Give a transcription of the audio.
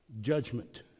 judgment